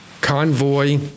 convoy